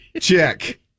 Check